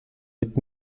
mit